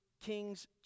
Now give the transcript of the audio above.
Kings